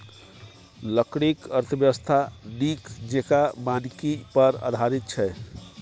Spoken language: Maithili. लकड़ीक अर्थव्यवस्था नीक जेंका वानिकी पर आधारित छै